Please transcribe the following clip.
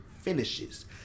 finishes